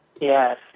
Yes